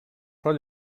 però